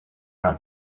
out